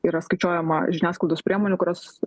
yra skaičiuojama žiniasklaidos priemonių kurios